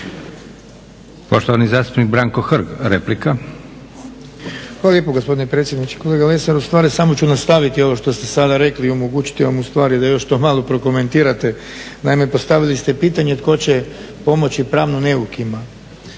Poštovani zastupnik Branko Hrg, replika. **Hrg, Branko (HSS)** Hvala lijepo gospodine predsjedniče. Kolega Lesar ustvari samo ću nastaviti ovo što ste sada rekli i omogućiti vam u stvari da još to malo prokomentirate. Naime, postavili ste pitanje tko će pomoći pravno neukima?